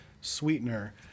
sweetener